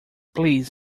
please